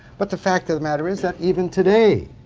but the fact of the matter is that even today,